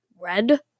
Red